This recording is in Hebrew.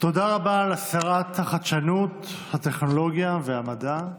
תודה רבה לשרת החדשנות, הטכנולוגיה והמדע,